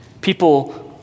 People